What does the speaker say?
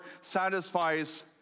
satisfies